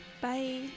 bye